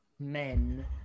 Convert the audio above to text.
men